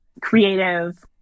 creative